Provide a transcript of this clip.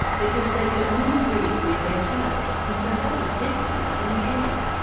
because they could only breathe near their tails, and so had to stick them up in the air.